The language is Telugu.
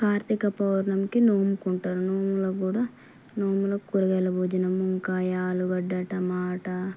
కార్తిక పౌర్ణమికి నోముకుంటారు నోములో కూడ నోములకు కూరగాయల భోజనం ఇంకా ఈ ఆలుగడ్డ టమాట